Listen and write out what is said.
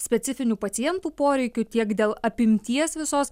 specifinių pacientų poreikių tiek dėl apimties visos